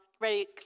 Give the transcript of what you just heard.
ready